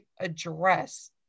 address